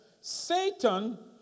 Satan